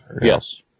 yes